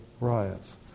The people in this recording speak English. riots